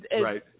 right